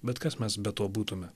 bet kas mes be to būtume